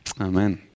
Amen